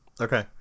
Okay